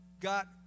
got